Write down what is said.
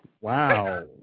Wow